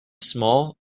small